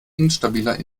instabiler